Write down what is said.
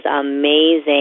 amazing